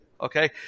okay